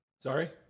Sorry